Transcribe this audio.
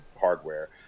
hardware